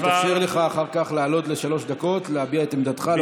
יתאפשר לך אחר כך לעלות לשלוש דקות להביע את עמדתך.